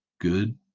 good